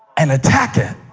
and attack it